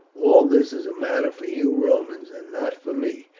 all this is a matter for you romans, and not for me.